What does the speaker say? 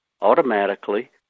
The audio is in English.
automatically